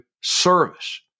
service